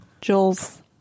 Jules